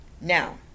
now